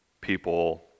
people